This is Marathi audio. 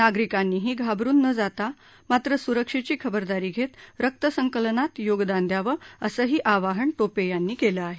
नागरिकांनीही घाबरुन न जाता मात्र सुरक्षेची खबरदारी घेत रक्तसंकलनात योगदान द्यावं असंही आवाहन टोपे यांनी केलं आहे